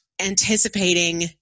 anticipating